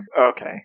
Okay